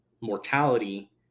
mortality